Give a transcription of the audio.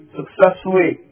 successfully